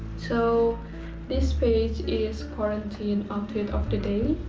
so this page is quarantine outfit of the day.